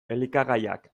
elikagaiak